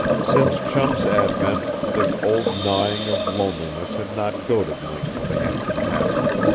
since chum's advent, the old gnawing of loneliness had not goaded link to the hampton tavern.